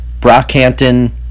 Brockhampton